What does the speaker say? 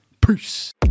Peace